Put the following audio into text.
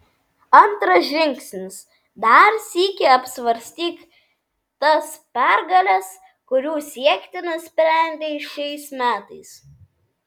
antras žingsnis dar sykį apsvarstyk tas pergales kurių siekti nusprendei šiais metais